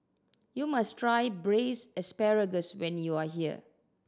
you must try Braised Asparagus when you are here